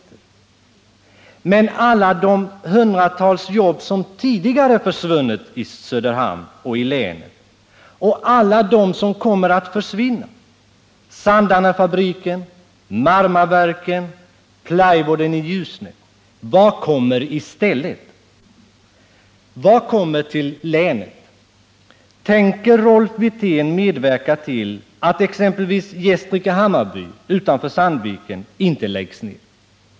Men vad kommer i stället för alla de hundratals jobb som tidigare försvunnit i Söderhamn och i länet och i stället för alla dem som kommer att försvinna? Det gäller bl.a. Sandarnefabriken, Marmaverken och plywoodtillverkningen i Ljusne. Vad kommer till länet? Tänker Rolf Wirtén medverka till att exempelvis Gästrike-Hammarby utanför Sandviken inte läggs ned?